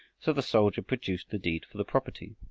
so the soldier produced the deed for the property.